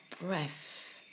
breath